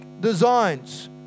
designs